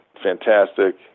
fantastic